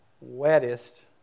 wettest